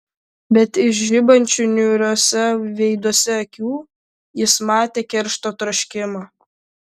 bet iš žibančių niūriuose veiduose akių jis matė keršto troškimą